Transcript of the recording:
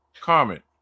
comment